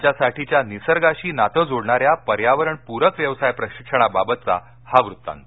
त्यांच्यासाठीच्या निसर्गाशी नातं जोडणाऱ्या पर्यावरण प्रक व्यवसाय प्रशिक्षणाबाबतचा हा वृत्तांत